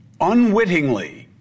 unwittingly